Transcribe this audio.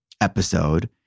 episode